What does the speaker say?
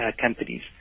companies